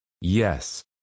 Yes